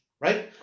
right